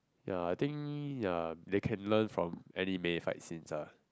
ya I think ya they can learn from anime fight scenes ah